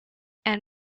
and